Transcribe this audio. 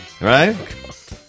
right